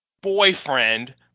boyfriend